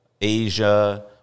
Asia